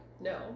No